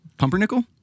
pumpernickel